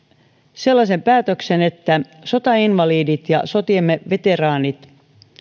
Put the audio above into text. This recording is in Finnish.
sellaisen päätöksen että sotainvalidit ja sotiemme veteraanit